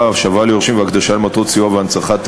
(השבה ליורשים והקדשה למטרות סיוע והנצחה),